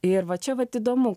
ir va čia vat įdomu